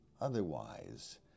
otherwise